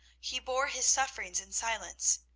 he bore his sufferings in silence.